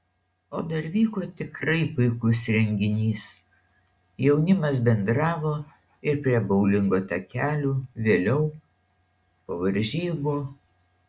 o dar vyko tikrai puikus renginys jaunimas bendravo ir prie boulingo takelių vėliau po varžybų